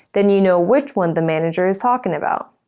then you know which one the manager's talking about.